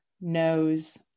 knows